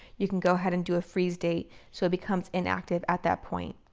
you can go ahead and do a freeze date so it becomes inactive at that point.